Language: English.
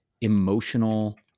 emotional